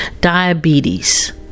diabetes